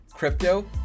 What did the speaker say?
crypto